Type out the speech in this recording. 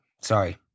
sorry